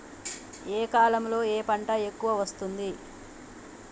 ఏ కాలంలో ఏ పంట ఎక్కువ వస్తోంది?